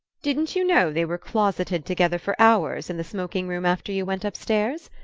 didn't you know they were closeted together for hours in the smoking-room after you went upstairs?